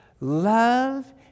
love